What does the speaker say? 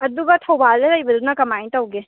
ꯑꯗꯨꯒ ꯊꯧꯕꯥꯜꯗ ꯂꯩꯕꯗꯨꯅ ꯀꯃꯥꯏꯅ ꯇꯧꯒꯦ